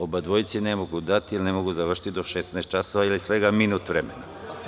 Obadvojici ne mogu dati reč, jer ne mogu završiti do 18,00 časova, jer je svega minut vremena.